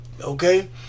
okay